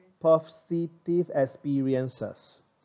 positive experiences